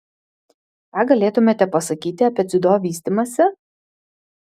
ką galėtumėte pasakyti apie dziudo vystymąsi